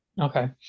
Okay